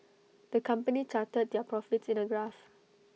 the company charted their profits in A graph